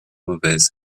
mauvaise